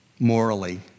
morally